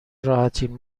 راحتین